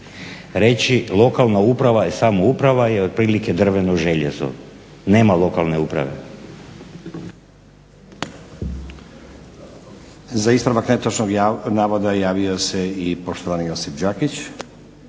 Reći lokalna uprava i samouprava je otprilike drveno željezno. Nema lokalne uprave. **Stazić, Nenad (SDP)** Za ispravak netočnog navoda javio se i poštovani Josip Đakić.